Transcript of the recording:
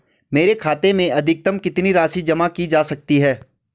मेरे खाते में अधिकतम कितनी राशि जमा की जा सकती है?